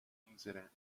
unsere